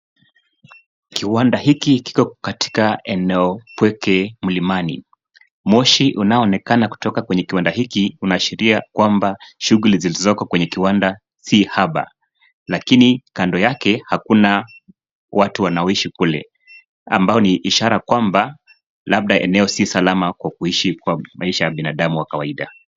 Kiwanda hiki kiko katika eneo pweke milimani . Moshi unaonekana ukitoka kwenye kiwanda inaashiria kwamba shughuli zilizoko kwenye kiwanda si haba lakini kando yake hakuna watu wanaoishi kule. Ambayo ni ishara kwamba labda eneo si salama kwa kuishi kwa maisha ya binadamu wa kawaida.